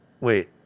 Wait